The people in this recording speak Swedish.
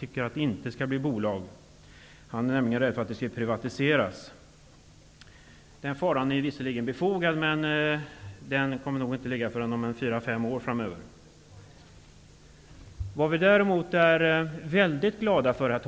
Göran Persson tycker inte att Televerket skall bolagiseras, eftersom han är rädd för att det skall privatiseras. Den farhågan är visserligen befogad, men den faran kommer nog inte att föreligga förrän om 4--5 år. Däremot är vi väldigt glada för att